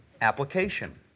application